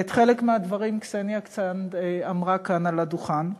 ואת חלק מהדברים קסניה אמרה כאן על הדוכן.